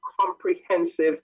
comprehensive